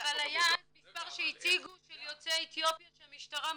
אבל היה מספר שהציגו של יוצאי אתיופיה שהמשטרה מחקה,